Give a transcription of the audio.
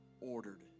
Ordered